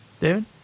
David